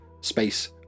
space